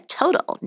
total